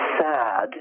sad